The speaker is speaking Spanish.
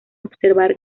observar